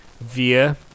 via